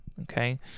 Okay